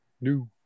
New